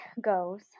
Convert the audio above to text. goes